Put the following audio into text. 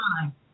time